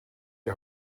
die